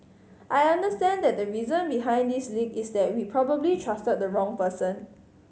I understand that the reason behind this leak is that we probably trusted the wrong person